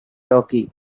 turkey